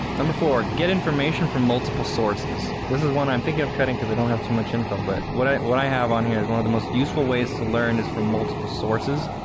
number four, get information from multiple sources. this is one i'm thinking of cutting because i don't have too much info. but what i what i have on here is one of the most useful ways to learn is from multiple sources.